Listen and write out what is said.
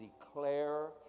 declare